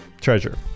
treasure